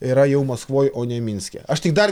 yra jau maskvoj o ne minske aš tik dar